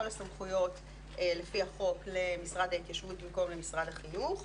הסמכויות לפי החוק למשרד ההתיישבות במקום למשרד החינוך.